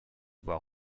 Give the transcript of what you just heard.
voies